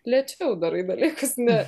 lėčiau darai dalykus ne